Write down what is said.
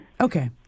Okay